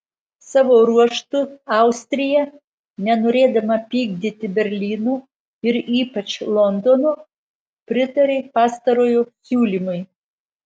savo ruožtu austrija nenorėdama pykdyti berlyno ir ypač londono pritarė pastarojo siūlymui